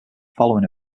following